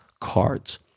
cards